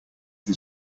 his